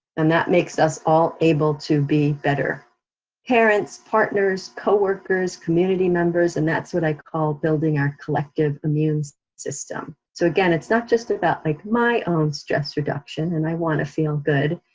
and that makes us all able to be better parents, partners, co-workers, community members, and that's what i call building our collective immune system. so again, it's not just about like my own stress reduction, and i wanna feel good,